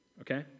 okay